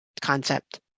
concept